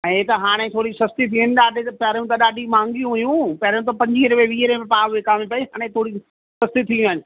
ऐ त हाणे थोरी सस्ती थी आहिनि ॾाढी अॻिए त ॾाढी महांगी हुइयूं पहिरियों त पंजवीह रुपए वीह रुपए पा विकामे पई हाणे थोरी सस्ती थियूं आहिनि